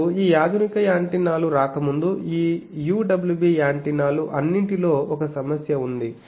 ఇప్పుడు ఈ ఆధునిక యాంటెన్నాలు రాకముందు ఈ UWB యాంటెనాలు అన్నింటిలో ఒక సమస్య ఉంది